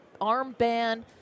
armband